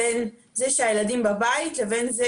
כאן לנושא של אי-שוויון מגדרי תעסוקתי בין נשים לבין גברים.